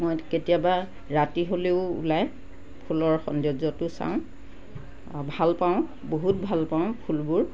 মই কেতিয়াবা ৰাতি হ'লেও ওলাই ফুলৰ সৌন্দৰ্যটো চাওঁ আৰু ভালপাওঁ বহুত ভালপাওঁ ফুলবোৰ